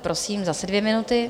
Prosím, zase dvě minuty.